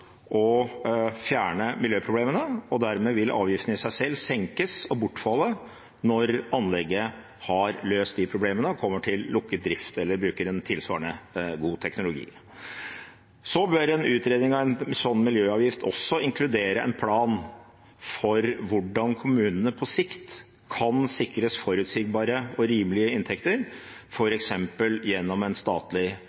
å fjerne miljøproblemene. Dermed vil avgiften i seg selv senkes og bortfalle når anlegget har løst problemene, kommer til lukket drift eller bruker en tilsvarende god teknologi. En utredning av en slik miljøavgift bør også inkludere en plan for hvordan kommunene på sikt kan sikres forutsigbare og rimelige inntekter, f.eks. gjennom en statlig kompensasjon eller en annen form for